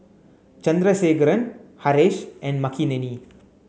Chandrasekaran Haresh and Makineni